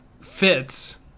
fits